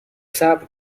صبر